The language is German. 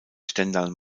stendal